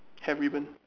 have ribbon